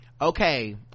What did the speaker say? okay